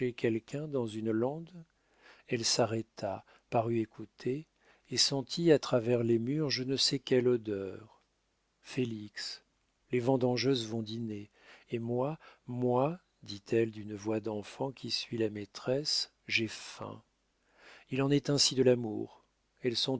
quelqu'un dans une lande elle s'arrêta parut écouter et sentit à travers les murs je ne sais quelle odeur félix les vendangeuses vont dîner et moi moi dit-elle d'une voix d'enfant qui suis la maîtresse j'ai faim il en est ainsi de l'amour